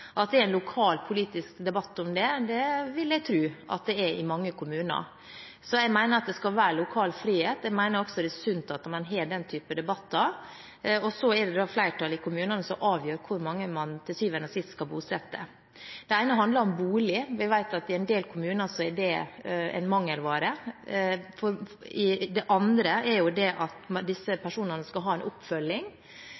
at det er lokal politisk debatt om det, vil jeg tro at det er i mange kommuner. Jeg mener at det skal være lokal frihet. Jeg mener også det er sunt at man har den type debatter, og så er det da flertallet i kommunene som avgjør hvor mange man til syvende og sist skal bosette. Det ene handler om bolig, og vi vet at i en del kommuner er det en mangelvare. Det andre er at disse personene skal ha en oppfølging. Jeg har besøkt flere kommuner som understreker at